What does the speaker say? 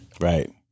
Right